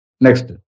Next